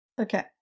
Okay